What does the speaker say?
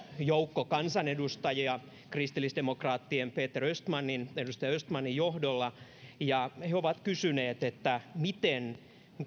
joukko kansanedustajia kristillisdemokraattien edustaja peter östmanin johdolla he ovat kysyneet miten